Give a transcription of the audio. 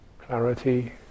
Clarity